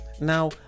Now